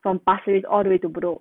from pasir ris all the way to bedok